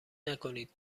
نکنید